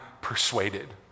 persuaded